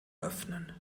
öffnen